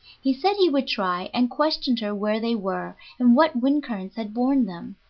he said he would try, and questioned her where they were and what wind-currents had borne them.